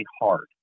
hard